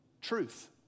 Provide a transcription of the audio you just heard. Truth